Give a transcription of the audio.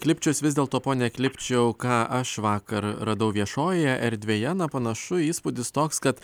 klipčius vis dėl to pone klipčiau ką aš vakar radau viešojoje erdvėje na panašu įspūdis toks kad